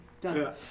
Done